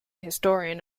historian